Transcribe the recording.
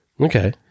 Okay